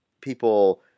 people